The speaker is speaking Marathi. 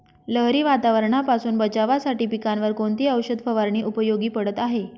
लहरी वातावरणापासून बचावासाठी पिकांवर कोणती औषध फवारणी उपयोगी पडत आहे?